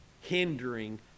hindering